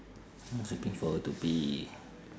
I was looking forward to be